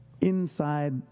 inside